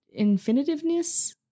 Infinitiveness